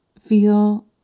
feel